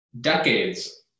decades